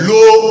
Low